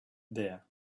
there